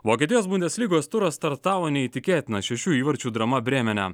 vokietijos bundeslygos turas startavo neįtikėtina šešių įvarčių drama brėmene